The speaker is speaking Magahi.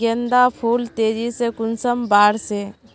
गेंदा फुल तेजी से कुंसम बार से?